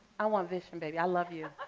i want vishen, baby. i love you,